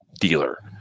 dealer